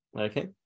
okay